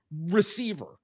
receiver